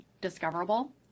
discoverable